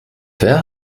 wer